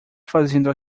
fazendo